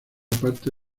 parte